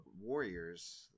Warriors